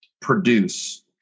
produce